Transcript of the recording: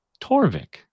Torvik